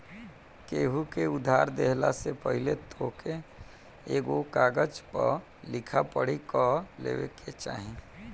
केहू के उधार देहला से पहिले तोहके एगो कागज पअ लिखा पढ़ी कअ लेवे के चाही